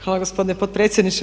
Hvala gospodine potpredsjedniče.